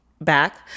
back